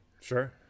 Sure